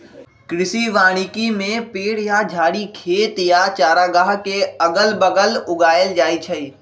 कृषि वानिकी में पेड़ या झाड़ी खेत या चारागाह के अगल बगल उगाएल जाई छई